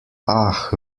ach